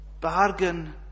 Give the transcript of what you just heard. bargain